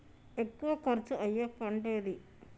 ఎక్కువ ఖర్చు అయ్యే పంటేది?